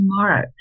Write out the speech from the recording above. tomorrow